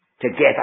together